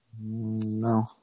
No